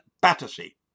Battersea